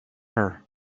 her